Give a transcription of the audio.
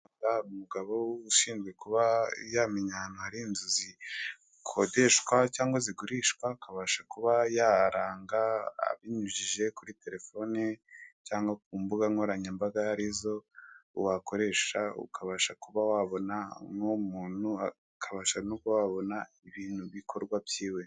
Inzu nini cyane yo mu bwoko bw'izo bakunze kwita 'uducurama'. Iyi nzu ifite igipangu gifite urugi rw'icyatsi. Mu mbuga y'iyo nzu hahagaze umugabo ugaragara nk'umusirimu. Birasa nk'aho iyi nzu ari iye.